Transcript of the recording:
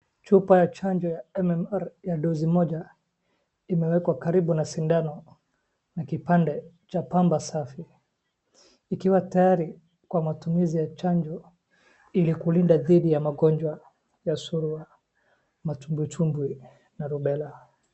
Chupa ya chanjo ya MMR ya dosi moja imewekwa karibu na sindano na kipande cha pamba safi kikiwa tayari kwa matumizi ya chanjo ili kulinda dhidi ya magonjwa ya surua, matumbwitumbwi na rubela.